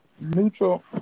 neutral